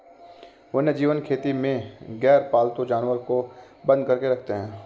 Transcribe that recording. वन्यजीव खेती में गैरपालतू जानवर को बंद करके रखते हैं